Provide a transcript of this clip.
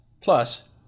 plus